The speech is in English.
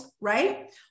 right